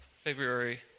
February